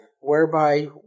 whereby